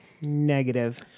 Negative